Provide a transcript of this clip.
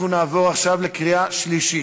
התשע"ו 2016, עברה בקריאה שלישית,